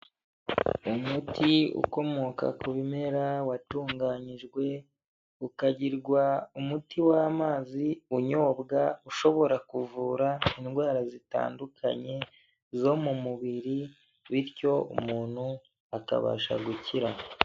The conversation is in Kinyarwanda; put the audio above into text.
Umuti ukomoka ku bimera watunganyijwe, ukagirwa umuti w'amazi unyobwa, ushobora kuvura indwara zitandukanye zo mu mubiri bityo umuntu akabasha gukira.